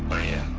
i am.